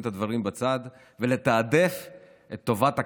את הדברים בצד ולתעדף את טובת הכלל,